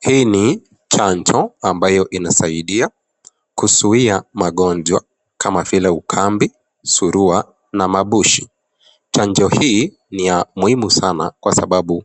Hii ni chanjo ambayo inasaidia kuzuiya magonjwa kama vile ukambi ,surua na mabushi ,chanjo hii ni muhimu sanaa Kwa sababu